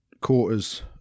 quarters